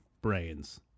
Brains